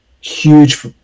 huge